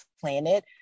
planet